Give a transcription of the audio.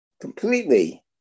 completely